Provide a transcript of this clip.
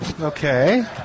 okay